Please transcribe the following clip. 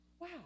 wow